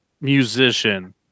musician